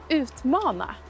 utmana